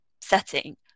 setting